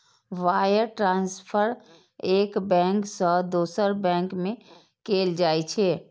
wire transfer एक bank सं दोसर बैंक में कैल जाइ छै